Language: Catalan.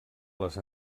les